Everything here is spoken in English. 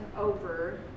over